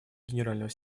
генерального